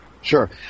Sure